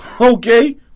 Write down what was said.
Okay